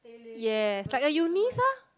yes like a Eunice ah